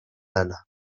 lana